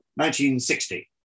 1960